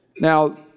Now